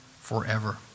forever